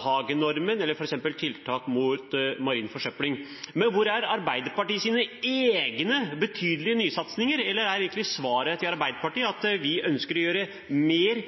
eller f.eks. tiltak mot marin forsøpling. Men hvor er Arbeiderpartiets egne betydelige nysatsinger? Eller er svaret til Arbeiderpartiet at de ønsker å gjøre mer